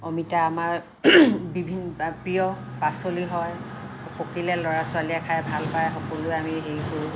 অমিতা আমাৰ বিভিন প্ৰিয় পাচলি হয় পকিলে ল'ৰা ছোৱালীয়ে খাই ভাল পায় সকলোৱে আমি হেৰি কৰোঁ